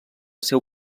seu